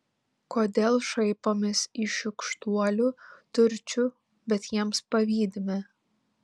kodėl šaipomės iš šykštuolių turčių bet jiems pavydime